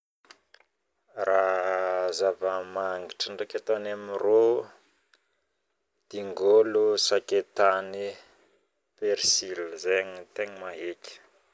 Raha zavamagnitry ndraiky ataonay am rô: dingolo sakaitany percile zagny no tegna maheky